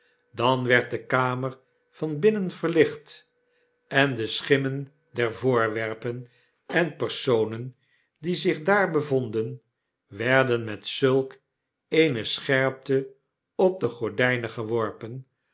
dan werd de kamer van binnen verlicht en de schimmen der voorwerpen en personen die zich daar bevonden werden met zulk eene scherpte op de gordyn geworpen